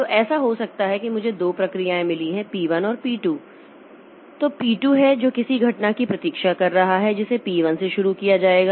तो ऐसा हो सकता है कि मुझे दो प्रक्रियाएं मिली हैं p 1 और p 2 तो p 2 है जो किसी घटना की प्रतीक्षा कर रहा है जिसे p 1 से शुरू किया जाएगा